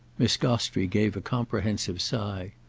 miss gostrey gave a comprehensive sigh.